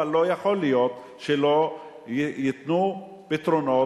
אבל לא יכול להיות שלא ייתנו פתרונות.